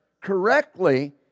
correctly